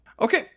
Okay